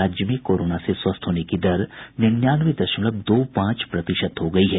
राज्य में कोरोना से स्वस्थ होने की दर निन्यानवे दशमलव दो पांच प्रतिशत हो गयी है